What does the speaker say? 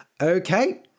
Okay